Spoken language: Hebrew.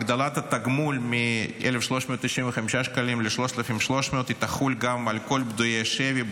הגדלת התגמול מ-1,395 שקלים ל-3,300 תחול על כל פדויי השבי,